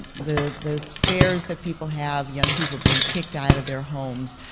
the the fears that people have, young people being kicked out of their homes,